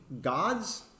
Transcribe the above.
God's